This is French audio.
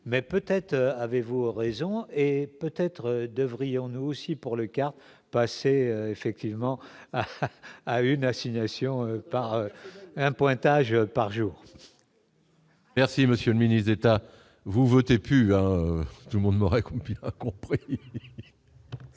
mais peut-être avez-vous raison et peut-être devrions-nous aussi pour le cas passer effectivement à une assignation par un pointage par jour. Merci monsieur le ministre d'État, vous votez plus à tout le monde m'aurait conquis.